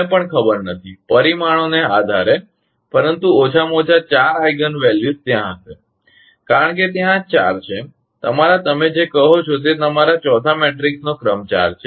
મને પણ ખબર નથી પરિમાણોના આધારે પરંતુ ઓછામાં ઓછા 4 આઈગન મૂલ્યો ત્યાં હશે કારણ કે ત્યાં ચાર છે તમારા તમે જે કહો છો તે તમારા ચોથા મેટ્રિક્સનો ક્રમ ૪ છે